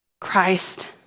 Christ